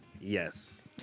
yes